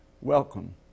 Welcome